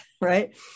right